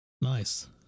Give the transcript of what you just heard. Nice